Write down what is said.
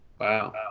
Wow